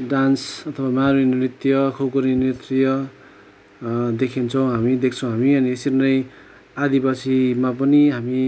dance अथवा मारूनी नृत्य खुकुरी नृत्य देखिन्छौँ हामी देख्छौँ हामी अनि यसरी नै आदिवासीमा पनि हामी